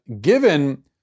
given